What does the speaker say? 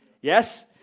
Yes